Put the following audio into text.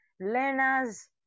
learners